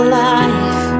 life